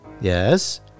yes